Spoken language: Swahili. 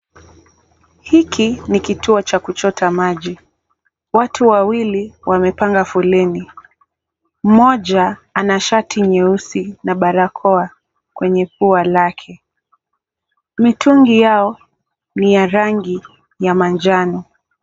Hiki ni kituo cha kuchota maji. Watu wawili wamepanga foleni, Mmoja ana shati nyeusi na mwingine barakoa kwenye pua lake. Mitungi yao ni ya rangi ya manjano.